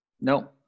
No